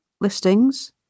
listings